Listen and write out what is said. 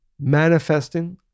manifesting